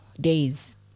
days